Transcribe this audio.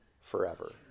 forever